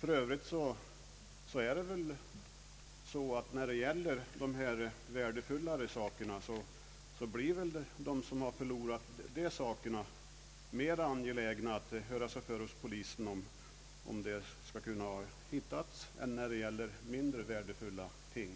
För övrigt är det väl så att de som förlorat värdefulla föremål blir mer angelägna att efterfråga dessa hos polisen än de som förlorat mindre värdefulla ting.